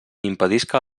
impedisca